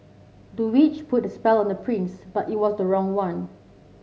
the witch put a spell on the prince but it was the wrong one